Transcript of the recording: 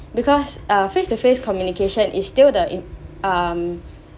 because uh face to face communication is still the in um